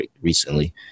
recently